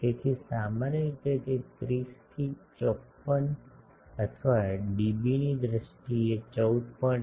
તેથી સામાન્ય રીતે તે 30 થી 54 અથવા ડીબીની દ્રષ્ટિએ 14